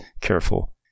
careful